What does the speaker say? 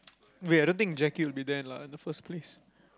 wait i don't think Jackie will be there lah in the first place